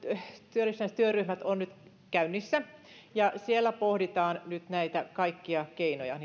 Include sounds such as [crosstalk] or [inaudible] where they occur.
työllisyystyöryhmät ovat nyt käynnissä ja siellä pohditaan nyt näitä kaikkia keinoja [unintelligible]